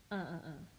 ah ah ah